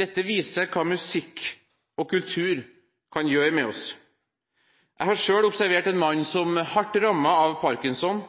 Dette viser hva musikk og kultur kan gjøre med oss. Jeg har selv observert en mann som hardt rammet av Parkinson